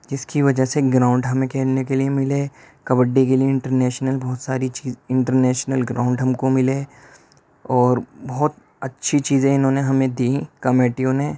جس کی وجہ سے گراؤنڈ ہمیں کھیلنے کے لیے ملے کبڈی کے لیے انٹرنیشنل بہت ساری چیز انٹرنیشنل گراؤنڈ ہم کو ملے اور بہت اچھی چیزیں انہوں نے ہمیں دیں کمیٹیوں نے